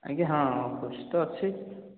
ଆଜ୍ଞା ହଁ କଷ୍ଟ ଅଛି